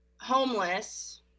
homeless